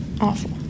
awful